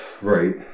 Right